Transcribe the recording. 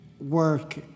work